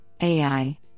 AI